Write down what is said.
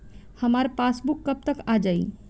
हमार पासबूक कब तक आ जाई?